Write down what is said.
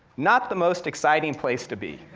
not the most exciting place to be,